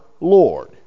Lord